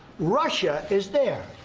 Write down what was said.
russia is there.